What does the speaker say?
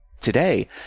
today